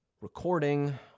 recording